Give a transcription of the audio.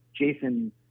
Jason